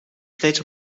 steeds